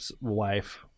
wife